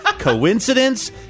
Coincidence